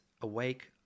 awake